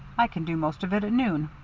i can do most of it at noon.